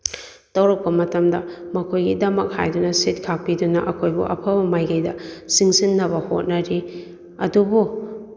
ꯇꯧꯔꯛꯄ ꯃꯇꯝꯗ ꯃꯈꯣꯏꯒꯤꯗꯃꯛ ꯍꯥꯏꯗꯨꯅ ꯁꯤꯠ ꯈꯥꯛꯄꯤꯗꯨꯅ ꯑꯩꯈꯣꯏꯕꯨ ꯑꯐꯕ ꯃꯥꯏꯀꯩꯗ ꯆꯤꯡꯁꯤꯟꯅꯕ ꯍꯣꯠꯅꯔꯤ ꯑꯗꯨꯕꯨ